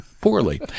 Poorly